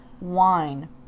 wine